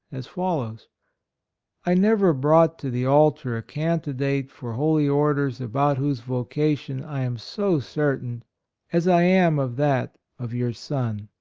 as follows i never brought to the altar a candi date for holy orders about whose vocation i am so certain as i am of that of your son.